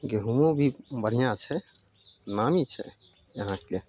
गेहुमो भी बढ़िआँ छै नामी छै यहाँके